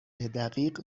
دقیق